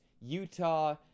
Utah